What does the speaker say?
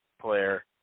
player